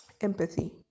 empathy